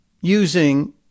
using